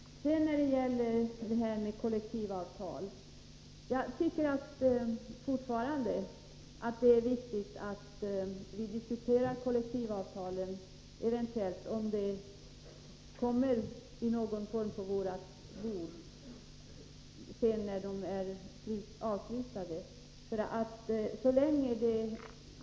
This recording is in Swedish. När det sedan gäller kollektivavtal tycker jag fortfarande det är viktigt att vi diskuterar kollektivavtalen, om det kommer något nytt förslag på riksdagens bord när de blivit slutna.